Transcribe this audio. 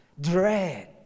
dread